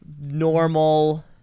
normal